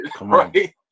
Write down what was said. right